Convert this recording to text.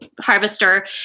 harvester